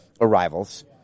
Arrivals